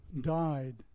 died